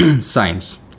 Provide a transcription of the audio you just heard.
science